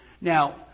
Now